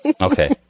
Okay